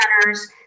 centers